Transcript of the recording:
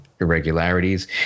Irregularities